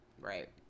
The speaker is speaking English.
Right